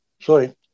sorry